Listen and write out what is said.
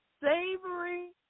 savory